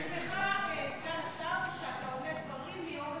זה בין 2% ל-3%,